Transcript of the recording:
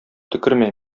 төкермә